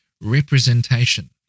representation